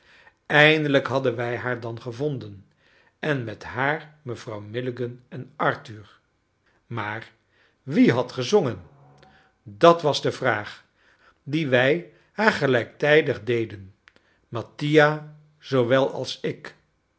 eindelijk hadden wij haar dan gevonden en met haar mevrouw milligan en arthur maar wie had gezongen dat was de vraag die wij haar gelijktijdig deden mattia zoowel als ik